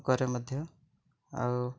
କରେ ମଧ୍ୟ ଆଉ